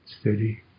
steady